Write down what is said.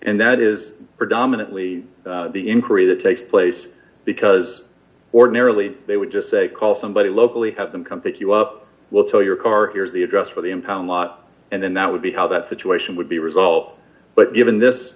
and that is predominantly the inquiry that takes place because ordinarily they would just say call somebody locally have them come pick you up we'll tell your car here's the address for the impound lot and then that would be how that situation would be resolved but given this